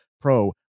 pro